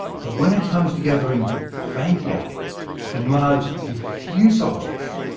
but when it comes to gathering faint light from large diffuse objects,